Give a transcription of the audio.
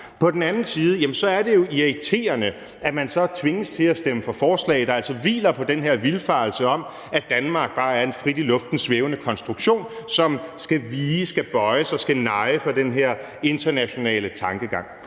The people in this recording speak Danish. På den anden side er det jo irriterende, at man så tvinges til at stemme for forslag, der altså hviler på den her vildfarelse om, at Danmark bare er en frit i luften svævende konstruktion, som skal vige, skal bøje sig, skal neje for den her internationale tankegang.